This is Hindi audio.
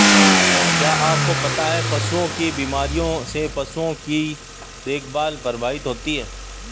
क्या आपको पता है पशुओं की बीमारियों से पशुओं की देखभाल प्रभावित होती है?